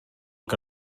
que